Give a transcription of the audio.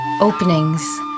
openings